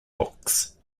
books